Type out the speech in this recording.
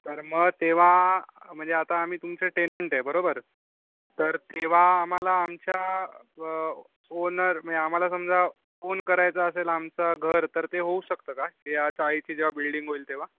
तर मग तेव्हा म्हणजे आता आम्ही तुमचे टेनंट आहे बरोबर तर तेव्हा आम्हाला आमच्या ओनर मये आम्हाला समजा ओन करायचं असेल आमचं घर तर ते होऊ शकतं का ह्या चाळीची जेव्हा बिल्डिंग होईल तेव्हा